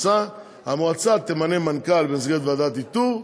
המועצה תמנה מנכ"ל במסגרת ועדת איתור,